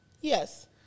Yes